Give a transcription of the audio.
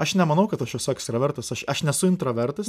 aš nemanau kad aš esu ekstravertas aš aš nesu intravertas